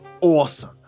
Awesome